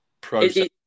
process